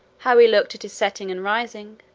how he looked at his setting and rising,